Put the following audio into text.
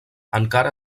encara